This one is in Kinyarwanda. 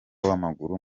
w’amaguru